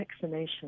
vaccination